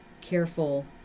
careful